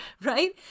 right